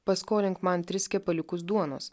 paskolink man tris kepaliukus duonos